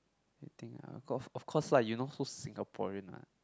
you think lah of course lah you not so Singaporean lah